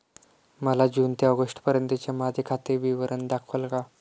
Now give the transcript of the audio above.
मला जून ते ऑगस्टपर्यंतचे माझे खाते विवरण दाखवाल का?